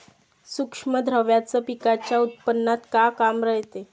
सूक्ष्म द्रव्याचं पिकाच्या उत्पन्नात का काम रायते?